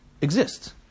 exists